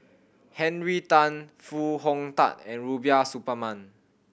Henry Tan Foo Hong Tatt and Rubiah Suparman